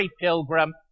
pilgrim